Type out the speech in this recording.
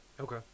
Okay